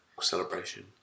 celebration